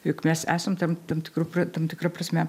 juk mes esam tam tam tikru pra tam tikra prasme